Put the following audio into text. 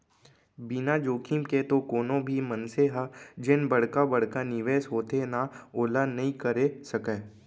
बिना जोखिम के तो कोनो भी मनसे ह जेन बड़का बड़का निवेस होथे ना ओला नइ करे सकय